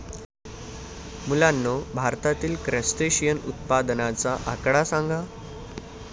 मुलांनो, भारतातील क्रस्टेशियन उत्पादनाचा आकडा सांगा?